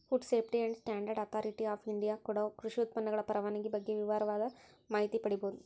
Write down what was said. food safety and standard authority of India ಕೊಡೊ ಕೃಷಿ ಉತ್ಪನ್ನಗಳ ಪರವಾನಗಿ ಬಗ್ಗೆ ವಿವರವಾದ ಮಾಹಿತಿ ಪಡೇಬೋದು